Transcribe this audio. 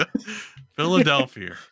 Philadelphia